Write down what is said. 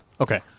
Okay